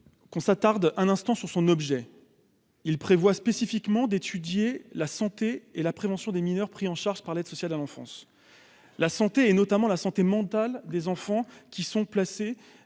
qu'on s'attarde un instant sur son objet. Il prévoit spécifiquement d'étudier la santé et la prévention des mineurs pris en charge par l'aide sociale à l'enfance. La santé, et notamment la santé mentale des enfants qui sont placés